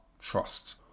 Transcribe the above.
trust